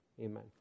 amen